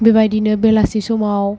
बेबायदिनो बेलासि समाव